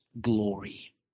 glory